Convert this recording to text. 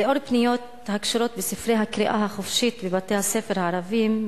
לאור פניות הקשורות בספרי הקריאה החופשית בבתי-הספר הערביים,